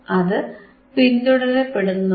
അത് പിന്തുടരപ്പെടുന്നുണ്ട്